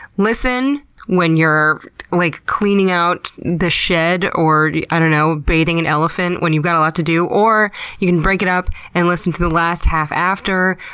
listen when you're like cleaning out the shed or, i don't know, bathing an elephant when you've got a lot to do. or you can break it up and listen to the last half after.